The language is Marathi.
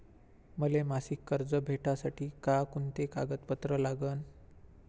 मले मासिक कर्ज भेटासाठी का कुंते कागदपत्र लागन?